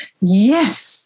yes